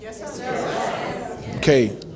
okay